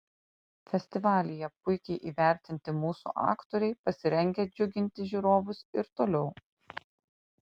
festivalyje puikiai įvertinti mūsų aktoriai pasirengę džiuginti žiūrovus ir toliau